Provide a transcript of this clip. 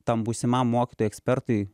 tam būsimam mokytojui ekspertui